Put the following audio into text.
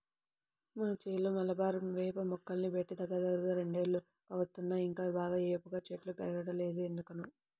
మా చేలో మలబారు వేప మొక్కల్ని బెట్టి దగ్గరదగ్గర రెండేళ్లు కావత్తన్నా ఇంకా బాగా ఏపుగా చెట్లు బెరగలేదు ఎందుకనో